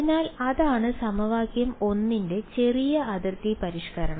അതിനാൽ അതാണ് സമവാക്യം 1 ന്റെ ചെറിയ അതിർത്തി പരിഷ്ക്കരണം